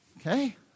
Okay